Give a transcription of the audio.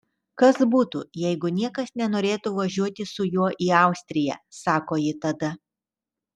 kas būtų jeigu niekas nenorėtų važiuoti su juo į austriją sako ji tada